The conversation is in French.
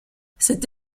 cette